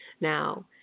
Now